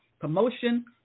promotion